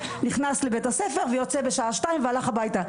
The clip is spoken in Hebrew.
נכנס לבית הספר ויוצא בשעה שתיים והלך הביתה.